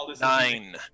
Nine